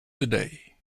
today